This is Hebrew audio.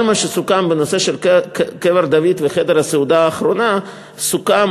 כל מה שסוכם בנושא של קבר דוד וחדר הסעודה האחרונה סוכם